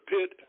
pit